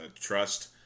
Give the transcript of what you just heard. trust